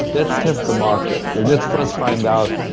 let's test the market. let's first find out.